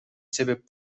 себеп